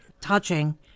touching